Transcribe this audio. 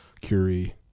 Curie